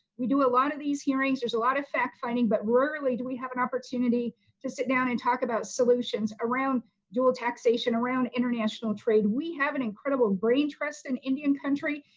we do a lot of these hearings, there's a lot of fact-finding but rarely do we have an opportunity to sit down and talk about solutions around dual taxation, around international trade. we have an incredible trust in indian country.